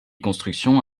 constructions